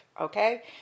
okay